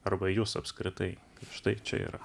arba jus apskritai štai čia yra